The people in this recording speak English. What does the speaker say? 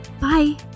Bye